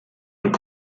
und